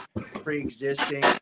pre-existing